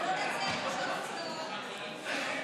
נתקבלה.